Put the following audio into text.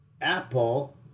Apple